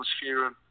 atmosphere